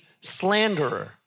Slanderer